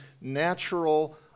natural